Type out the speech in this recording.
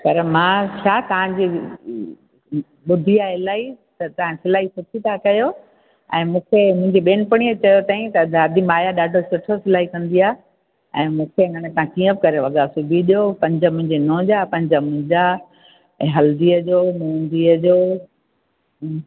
पर मां छा तव्हांजे ॿुधी आहे इलाही त तव्हां सिलाई सुठी था कयो ऐं मूंखे मुंहिंजी भेणु पणीअ चयो तई त दादी माया डाढो सुठो सिलाई कंदी आहे ऐं मूंखे हिनमें तव्हां कीअं बि करे वॻा सिबी ॾियो पंज मुंहिंजे नुंहुं जा पंज मुंहिंजा ऐं हल्दीअ जो मेहंदीअ जो